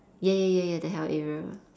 ya ya ya ya the hell area